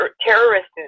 terrorists